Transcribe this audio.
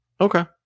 Okay